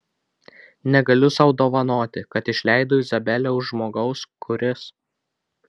negaliu sau dovanoti kad išleidau izabelę už žmogaus kuris